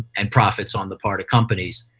and profits on the part of companies.